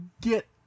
get